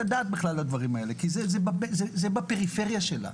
הדעת על הדברים האלה כי זה בפריפריה שלה.